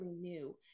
new